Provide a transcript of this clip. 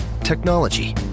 Technology